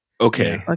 Okay